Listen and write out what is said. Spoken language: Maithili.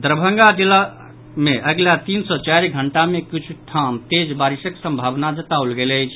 दरंभगा जिलाक मे अगिला तीन सॅ चारि घंटा मे किछु ठाम तेज बारिशक संभावना जताओल गेल अछि